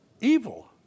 evil